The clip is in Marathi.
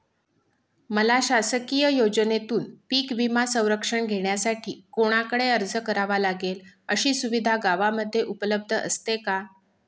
मला शासकीय योजनेतून पीक विमा संरक्षण घेण्यासाठी कुणाकडे अर्ज करावा लागेल? अशी सुविधा गावामध्ये उपलब्ध असते का?